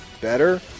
better